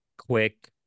quick